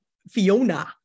Fiona